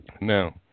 Now